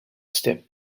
step